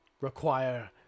require